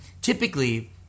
typically